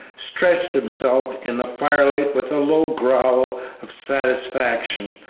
stretched himself in the firelight with a low growl of satisfaction,